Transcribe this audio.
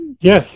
yes